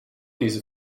diese